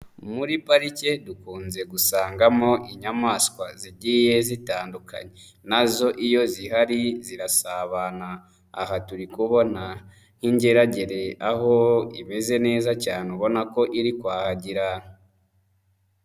Muri parike dukunze gusangamo inyamaswa zigiye zitandukanye, nazo iyo zihari zirasabana aha turi kubona nk'ingeragere aho imeze neza cyane ubona ko iri kwahagira.